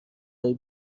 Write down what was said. های